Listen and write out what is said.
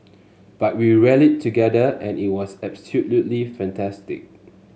but we rallied together and it was absolutely fantastic